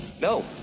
No